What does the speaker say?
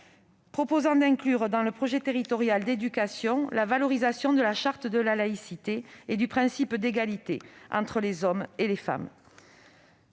proposait d'inclure, dans le projet territorial d'éducation, la valorisation de la charte de la laïcité et du principe d'égalité entre les hommes et les femmes.